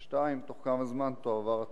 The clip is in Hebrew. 2. בתוך כמה זמן תועבר התמיכה?